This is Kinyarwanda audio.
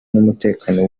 n’umutekano